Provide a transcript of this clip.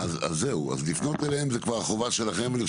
בשיתוף פעולה עם רשות